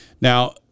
Now